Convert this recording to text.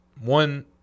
one